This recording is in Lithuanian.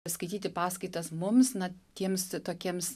skaityti paskaitas mums na tiems tokiems